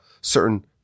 certain